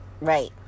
Right